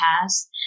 past